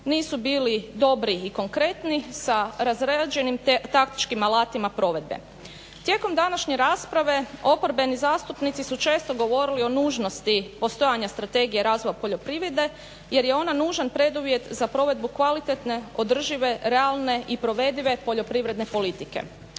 nisu bili dobri i konkretni sa razrađenim taktičkim alatima provedbe. Tijekom današnje rasprave oporbeni zastupnici su često govorili o nužnosti postojanja Strategije razvoja poljoprivrede jer je ona nužan preduvjet za provedbu kvalitetne, održive, realne i provedive poljoprivredne politike.